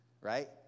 right